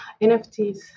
NFTs